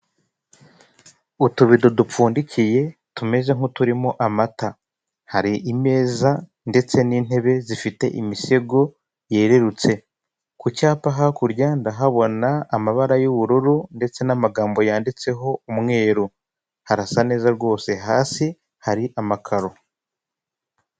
Utubido dupfundikiye tumeze nk'uturimo amata. Hari imeza ndetse n'intebe zifite imisego yererutse. Kucyapa hakurya ndahabona amabara y'ubururu, ndetse n'amagambo yanditseho umweru. Harasa neza rwose hasi, hari amakaro.